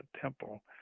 temple